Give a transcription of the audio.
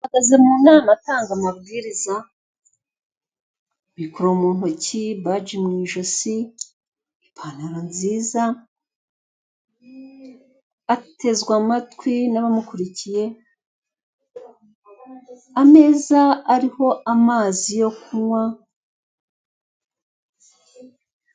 Ahagaze mu nama atanga amabwiriza mikoro mu ntoki, badge mu ijosi, ipantaro nziza atezwe amatwi n'abamukurikiye. Ameza ariho amazi yo kunywa.